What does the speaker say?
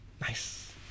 nice